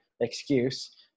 excuse